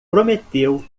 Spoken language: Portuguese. prometeu